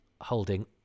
holding